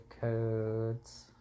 codes